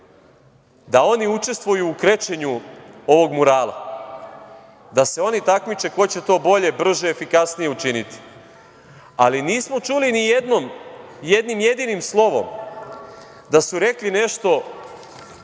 da oni učestvuju u krečenju ovog murala, da se oni takmiče ko će to bolje, brže, efikasnije učiniti, ali nismo čuli nijednom, ni jednim jedinim slovom da su rekli nešto